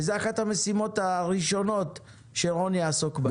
וזו אחת המשימות הראשונות שרון יעסוק בהן.